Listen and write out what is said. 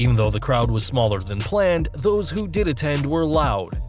um though the crowd was smaller than planned, those who did attend were loud,